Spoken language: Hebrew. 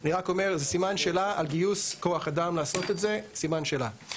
אני רק אומר זה סימן שאלה על גיוס כוח אדם לעשות את זה סימן שאלה.